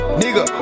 nigga